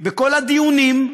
בכל הדיונים?